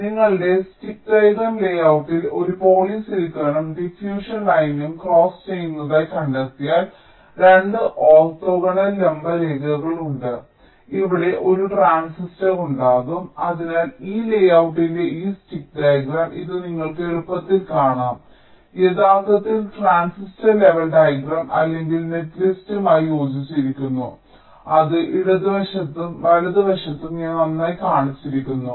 അതിനാൽ നിങ്ങളുടെ stick diagram ലേയൌട്ടിൽ ഒരു പോളി സിലിക്കണും ഡിഫ്യൂഷൻ ലൈനും ക്രോസ് ചെയ്യുന്നതായി കണ്ടെത്തിയാൽ 2 ഓർത്തോഗണൽ ലംബ രേഖകൾ ഉണ്ട് അതിനാൽ ഇവിടെ ഒരു ട്രാൻസിസ്റ്റർ ഉണ്ടാകും അതിനാൽ ഈ ലേയൌട്ടിന്റെ ഈ സ്റ്റിക്ക് ഡയഗ്രം ഇത് നിങ്ങൾക്ക് എളുപ്പത്തിൽ കാണാം യഥാർത്ഥത്തിൽ ട്രാൻസിസ്റ്റർ ലെവൽ ഡയഗ്രം അല്ലെങ്കിൽ നെറ്റ്ലിസ്റ്റുമായി യോജിക്കുന്നു അത് ഇടതുവശത്ത് വലത് വശത്ത് ഞാൻ നന്നായി കാണിച്ചിരിക്കുന്നു